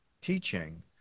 teaching